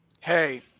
Hey